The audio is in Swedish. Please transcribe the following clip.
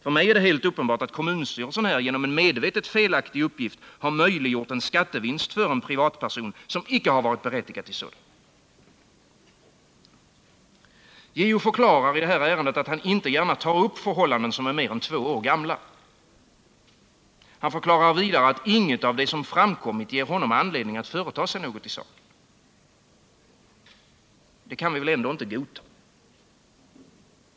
För mig är det helt uppenbart att kommunstyrelsen genom en medvetet felaktig uppgift har möjliggjort en skattevinst för en privatperson som denne icke varit berättigad till. JO förklarar i det här ärendet att han inte gärna tar upp förhållanden som är mer än två år gamla. Han förklarar vidare att inget av det som framkommit ger honom anledning företa sig något i saken. Detta kan vi väl ändå inte godta.